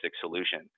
solution